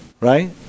Right